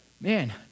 Man